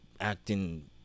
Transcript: acting